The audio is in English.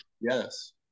yes